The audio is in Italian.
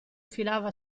filava